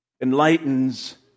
enlightens